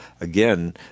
Again